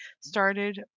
started